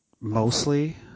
mostly